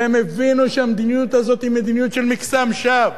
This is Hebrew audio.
והם הבינו שהמדיניות הזאת היא מדיניות של מקסם שווא,